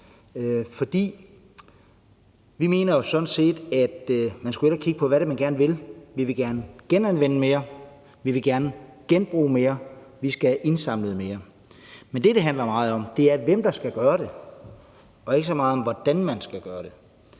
For vi mener jo sådan set, at man hellere skulle kigge på, hvad det er, man gerne vil. Vi vil gerne genanvende mere, vi vil gerne genbruge mere, vi skal have indsamlet mere. Men det, det handler meget om, er, hvem der skal gøre det, og ikke så meget om, hvordan man skal gøre det,